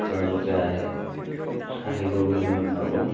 তেওঁলোকে আহি আহিব বুলি মই ভাবোঁ